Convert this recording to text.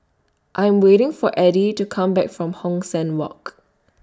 I Am waiting For Edie to Come Back from Hong San Walk